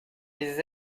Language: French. des